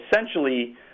Essentially